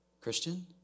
Christian